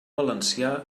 valencià